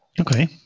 Okay